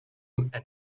and